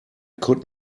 could